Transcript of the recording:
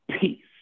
peace